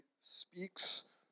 speaks